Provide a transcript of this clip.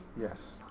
Yes